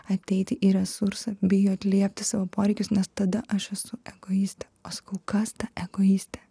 ateiti į resursą bijo atliepti savo poreikius nes tada aš esu egoistė o sakau kas ta egoistė